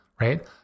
right